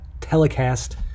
telecast